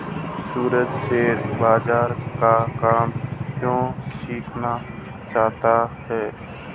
सूरज share बाजार का काम क्यों सीखना चाहता है?